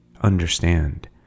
Understand